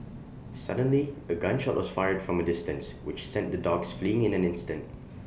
suddenly A gun shot was fired from A distance which sent the dogs fleeing in an instant